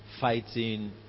fighting